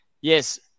Yes